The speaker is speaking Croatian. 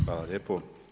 Hvala lijepo.